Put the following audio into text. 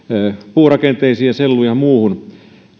puurakenteisiin ja selluun ja muuhun